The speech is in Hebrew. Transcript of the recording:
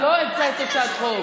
את לא הצגת הצעת חוק.